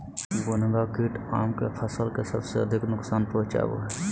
भुनगा कीट आम के फसल के सबसे अधिक नुकसान पहुंचावा हइ